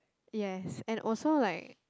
yes and also like